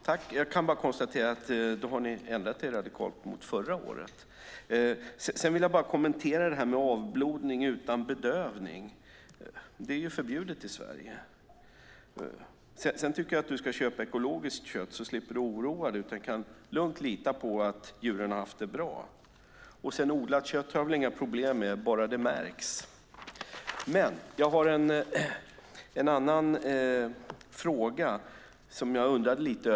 Fru talman! Jag kan bara konstatera att ni då har ändrat er radikalt mot förra året. Jag vill kommentera detta med avblodning utan bedövning: Det är förbjudet i Sverige. Sedan tycker jag att du ska köpa ekologiskt kött, så slipper du oroa dig utan kan lugnt lita på att djuren har haft det bra. Odlat kött har jag väl inga problem med - bara det märks. Men jag har en fråga om något annat som jag undrade över.